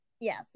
Yes